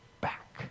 back